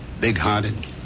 big-hearted